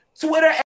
Twitter